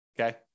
Okay